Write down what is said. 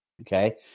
Okay